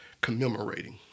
commemorating